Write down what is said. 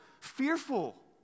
fearful